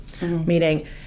meaning